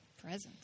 presence